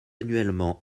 annuellement